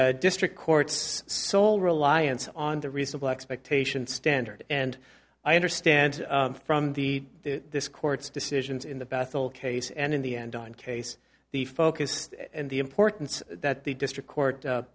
the district court's sole reliance on the reasonable expectation standard and i understand from the this court's decisions in the bethel case and in the end don case the focus and the importance that the district court